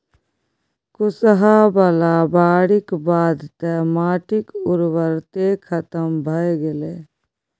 कुसहा बला बाढ़िक बाद तँ माटिक उर्वरते खतम भए गेलै